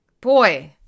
Boy